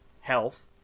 health